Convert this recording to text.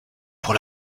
pour